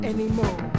anymore